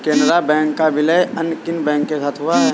Canara bank का विलय अन्य किन बैंक के साथ हुआ है?